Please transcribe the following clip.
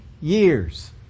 years